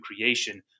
creation